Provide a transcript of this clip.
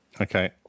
Okay